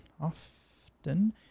often